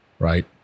Right